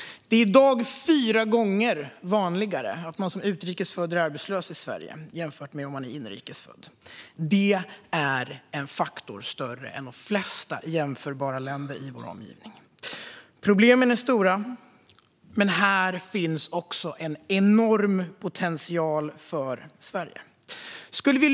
Det är i dag fyra gånger vanligare att man som utrikes född är arbetslös i Sverige jämfört med om man är inrikes född. Det är en faktor som är större än i de flesta jämförbara länder i vår omgivning. Problemen är stora, men här finns också en enorm potential för Sverige.